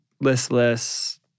listless